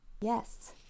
Yes